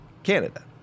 canada